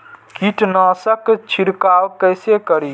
कीट नाशक छीरकाउ केसे करी?